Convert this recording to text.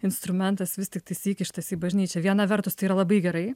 instrumentas vis tiktais įkištas į bažnyčią viena vertus tai yra labai gerai